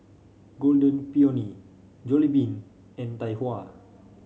Golden Peony Jollibean and Tai Hua